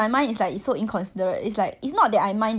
then I was very tilted lah